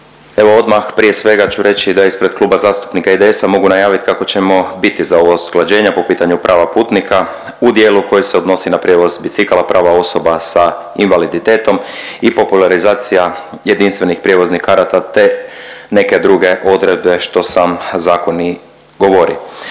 evo odmah prije svega ću reći da ispred Kluba zastupnika IDS-a mogu najavit kako ćemo biti za ova usklađenja po pitanju prava putnika u dijelu koji se odnosi na prijevoz bicikala, prava osoba sa invaliditetom i popularizacija jedinstvenih prijevoznih karata te neke druge odredbe što sam zakon i govori.